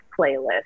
playlist